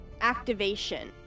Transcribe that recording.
activation